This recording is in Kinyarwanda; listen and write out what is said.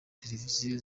televiziyo